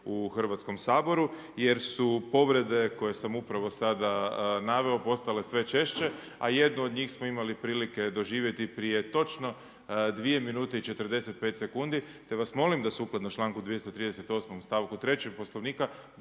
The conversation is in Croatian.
u Hrvatskom saboru, jer su povrede koje sam upravo sada naveo postale sve češće, a jednu od njih smo imali prilike doživjeti prije točno 2 minute i 45 sekundi, te vas molim da sukladno članku 238. stavku 3. Poslovnika